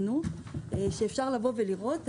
קודם כול, אימצנו חקיקה אירופית.